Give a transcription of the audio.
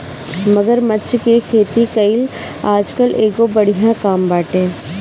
मगरमच्छ के खेती कईल आजकल एगो बढ़िया काम बाटे